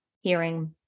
hearing